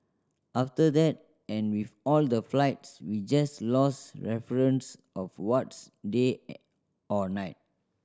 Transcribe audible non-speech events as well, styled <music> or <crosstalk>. after that and with all the flights we just lost reference of what's day <unintelligible> or night